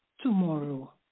Tomorrow